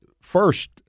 first